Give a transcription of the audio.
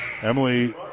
Emily